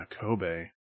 Kobe